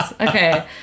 Okay